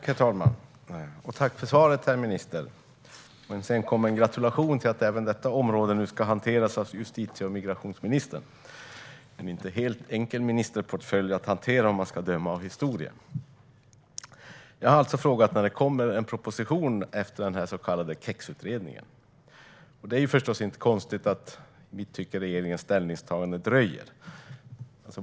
Herr talman! Tack för svaret, herr minister, och en senkommen gratulation till att även detta område nu ska hanteras av justitie och migrationsministern. Det är en inte helt enkel ministerportfölj att hantera om man ska döma av historien. Jag har alltså frågat när en proposition kommer efter den så kallade KEX-utredningen. Det är förstås inte konstigt att vi tycker att regeringens ställningstagande dröjer.